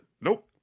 nope